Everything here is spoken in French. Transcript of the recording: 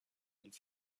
ils